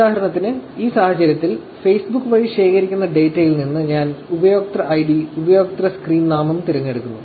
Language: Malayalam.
ഉദാഹരണത്തിന് ഈ സാഹചര്യത്തിൽ ഫേസ്ബുക്ക് വഴി ശേഖരിക്കുന്ന ഡാറ്റയിൽ നിന്ന് ഞാൻ ഉപയോക്തൃ ഐഡി ഉപയോക്തൃ സ്ക്രീൻ നാമം തിരഞ്ഞെടുക്കുന്നു